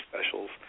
specials